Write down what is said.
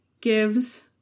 gives